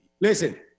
Listen